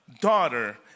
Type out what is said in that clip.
daughter